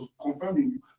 confirming